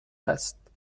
است